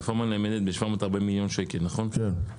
הרפורמה נאמדת ב-740 מיליון שקל, נכון?